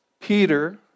Peter